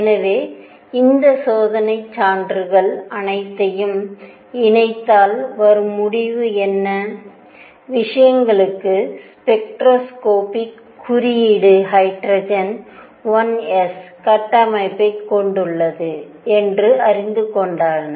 எனவே இந்த சோதனைச் சான்றுகள் அனைத்தையும் இணைத்தால் வரும் முடிவு என்ன விஷயங்களுக்கு ஸ்பெக்ட்ரோஸ்கோபிக் குறியீடு ஹைட்ரஜன் 1 s கட்டமைப்பைக் கொண்டுள்ளது என்று அறிந்து கொண்டனர்